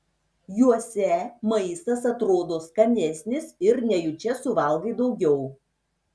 juose maistas atrodo skanesnis ir nejučia suvalgai daugiau